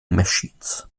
machines